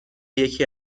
یکی